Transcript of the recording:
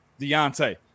Deontay